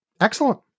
Excellent